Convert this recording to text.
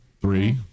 Three